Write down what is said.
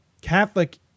Catholic